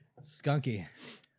skunky